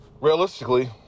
realistically